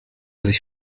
sich